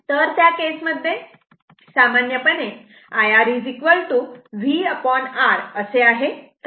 तर त्या केसमध्ये सामान्यपणे IR VR असे आहे